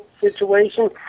situation